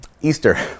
Easter